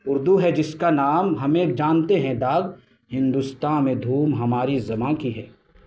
اردو ہے جس کا نام ہمیں جانتے ہیں داغ ہندوستان میں دھوم ہماری زباں کی ہے